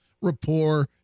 rapport